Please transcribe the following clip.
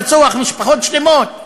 לרצוח משפחות שלמות?